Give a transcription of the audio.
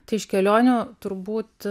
tai iš kelionių turbūt